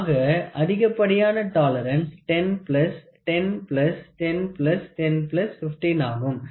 ஆக அதிகப்படியான டாலரன்ஸ் 1010101015 ஆகும்